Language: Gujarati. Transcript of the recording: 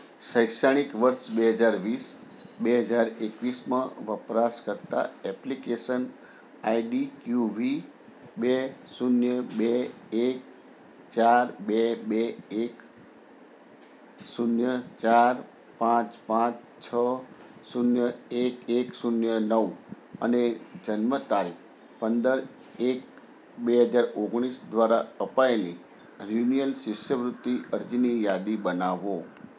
શૈક્ષણિક વર્ષ બેહજાર વીસ બે હજાર એકવીસમાં વપરાશ કર્તા એપ્લિકેશન આઈડી કયુવી બે શૂન્ય બે એક ચાર બે બે એક શૂન્ય ચાર પાંચ પાંચ છ શૂન્ય એક એક શૂન્ય નવ અને જન્મ તારીખ પંદર એક બે હજાર ઓગણીસ દ્વારા અપાએલી રીન્યુઅલ શિષ્યવૃતિ અરજીની યાદી બનાવો